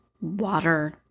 water